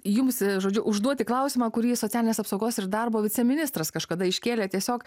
jums žodžiu užduoti klausimą kurį socialinės apsaugos ir darbo viceministras kažkada iškėlė tiesiog